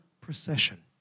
procession